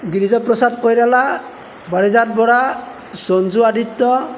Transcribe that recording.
Girija Prasad Koirala Parijat Bora Sanju Aditya